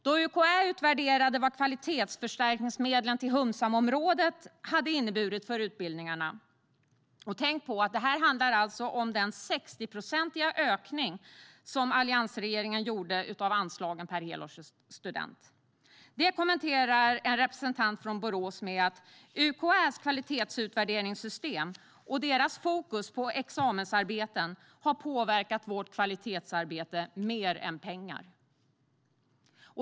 Då UKÄ utvärderade vad kvalitetsförstärkningsmedlen till humsamområdet hade inneburit för utbildningarna - tänk då på att det handlar om den 60-procentiga ökning som alliansregeringen gjorde av anslagen per helårsstudent - kommenterade en representant från Borås det så här: "UKÄ:s kvalitetsutvärderingssystem och dess fokus på examensarbeten har påverkat vårt kvalitetsarbete mer än pengar."